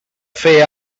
fer